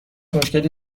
مشکلی